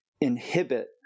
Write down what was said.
inhibit